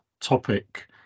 topic